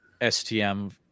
STM